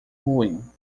ruim